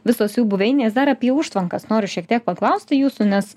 visos jų buveinės dar apie užtvankas noriu šiek tiek paklausti jūsų nes